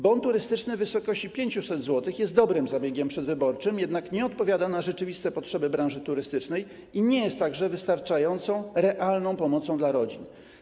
Bon turystyczny w wysokości 500 zł jest dobrym zabiegiem przedwyborczym, jednak nie odpowiada na rzeczywiste potrzeby branży turystycznej i nie jest także wystarczającą, realną pomocą dla rodzin.